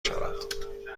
شود